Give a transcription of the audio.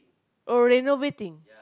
oh renovating